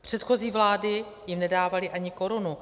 Předchozí vlády jim nedávaly ani korunu.